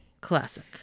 Classic